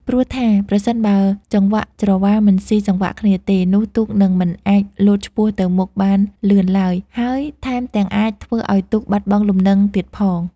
ព្រោះថាប្រសិនបើចង្វាក់ច្រវាមិនស៊ីសង្វាក់គ្នាទេ នោះទូកនឹងមិនអាចលោតឆ្ពោះទៅមុខបានលឿនឡើយ ហើយថែមទាំងអាចធ្វើឱ្យទូកបាត់បង់លំនឹងទៀតផង។